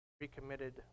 recommitted